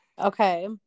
okay